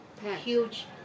huge